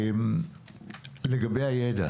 לגבי הידע